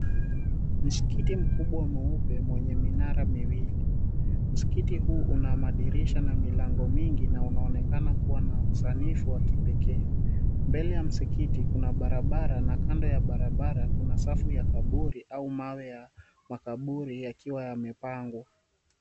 Msikiti mkubwa mweupe mwenye minara miwili. Msikiti huu una madirisha na milango mingi na unaonekana kuwa na usanifu wa kipekee. Mbele ya msikiti kuna barabara na kando ya barabara, kuna safu ya kaburi au mawe ya makaburi yakiwa yamepangwa.